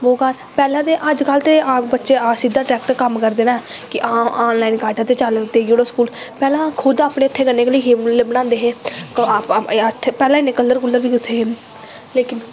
बो घर पैह्लैं ते अज्ज कल ते सिध्दा ड्रैक्ट कम्म करदे नै कि ऑनलाईन कड्ड दे ते चल देई ओड़ स्कूल पैह्लैं खुद हत्थैं कन्नै गै बनांदे हे पैह्लैं इन्ने कल्लर कुल्लर बी कुत्थें हे लेकिन